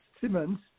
simmons